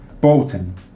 Bolton